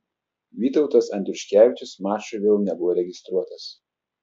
vytautas andriuškevičius mačui vėl nebuvo registruotas